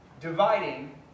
dividing